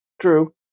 True